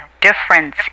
difference